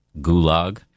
gulag